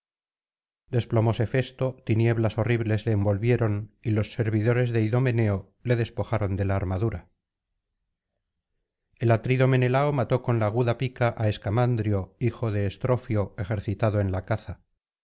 desplomóse festo tinieblas horribles le envolvieron y los servidores de idomeneo le despojaron de la armadura el atrida menelao mató con la aguda pica á escamandrio hijo de estropeo ejercitado en la caza